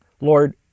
Lord